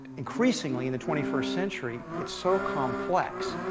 increasingly in the twenty first century, it's so complex,